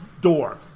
door